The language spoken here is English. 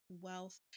wealth